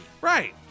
Right